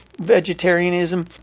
vegetarianism